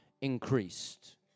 increased